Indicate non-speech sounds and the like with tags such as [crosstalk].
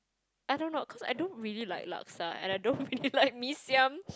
I don't know cause I don't really like Laksa and I don't really [laughs] like Mee-Siam